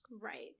Right